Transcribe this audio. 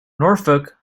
norfolk